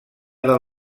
del